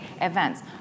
events